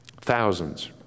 Thousands